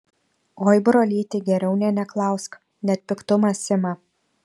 oi brolyti geriau nė neklausk net piktumas ima